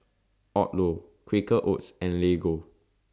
Odlo Quaker Oats and Lego